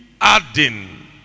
adding